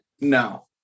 no